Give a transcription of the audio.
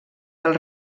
del